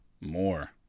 more